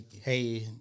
hey